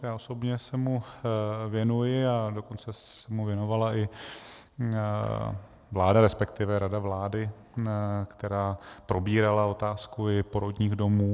Já osobě se mu věnuji, a dokonce se mu věnovala i vláda, resp. rada vlády, která probírala otázku i porodních domů.